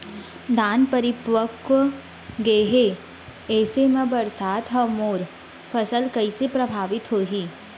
धान परिपक्व गेहे ऐसे म बरसात ह मोर फसल कइसे प्रभावित होही?